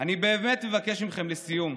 אני באמת מבקש מכם, לסיום,